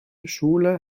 schule